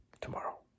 tomorrow